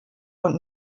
und